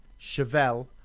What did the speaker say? Chevelle